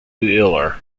euler